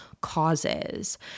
causes